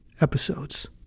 episodes